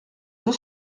deux